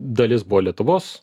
dalis buvo lietuvos